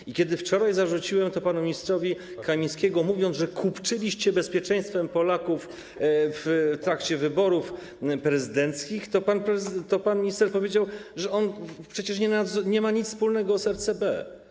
I kiedy wczoraj zarzuciłem to panu ministrowi Kamińskiemu, mówiąc, że kupczyliście bezpieczeństwem Polaków w trakcie wyborów prezydenckich, to pan minister powiedział, że on przecież nie ma nic wspólnego z RCB.